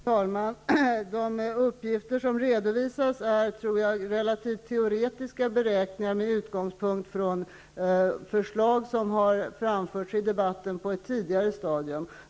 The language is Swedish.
Fru talman! De uppgifter som har redovisats bygger nog på relativt teoretiska beräkningar, som har gjorts med utgångspunkt i förslag som på ett tidigare stadium har förts fram i debatten.